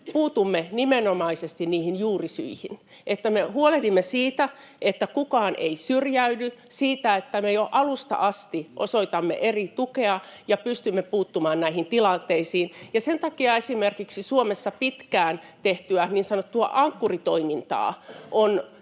puutumme nimenomaisesti niihin juurisyihin, että me huolehdimme siitä, että kukaan ei syrjäydy, siitä, että me jo alusta asti osoitamme eri tukea ja pystymme puuttumaan näihin tilanteisiin. Sen takia esimerkiksi Suomessa pitkään tehtyä niin sanottua Ankkuri-toimintaa on